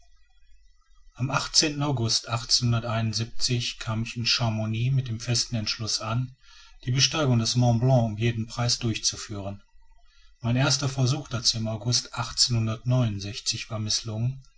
am august kam ich in chamouni mit dem festen entschluß an die besteigung des mont blanc um jeden preis durchzuführen mein erster versuch dazu im august mißlungen